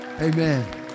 Amen